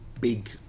big